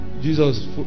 Jesus